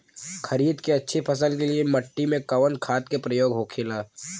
खरीद के अच्छी फसल के लिए मिट्टी में कवन खाद के प्रयोग होखेला?